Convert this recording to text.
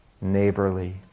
neighborly